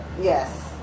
yes